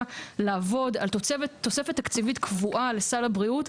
לעבוד על תוספת תקציבית קבועה לסל הבריאות,